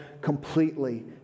completely